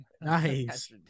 Nice